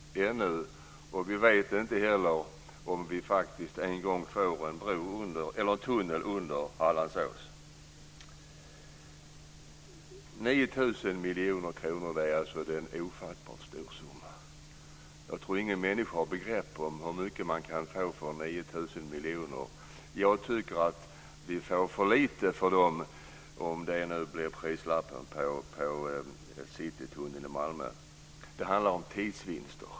Vi vet inte heller om vi faktiskt en gång får en tunnel under Hallandsås. 9 000 miljoner kronor är en ofattbart stor summa. Jag tror inte att någon har begrepp om hur mycket man kan få för 9 000 miljoner. Jag tycker att vi får för lite för dem, om det nu blir prislappen på Citytunneln i Malmö. Det handlar om tidsvinster.